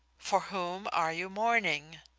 for whom are you mourning?